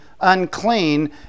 unclean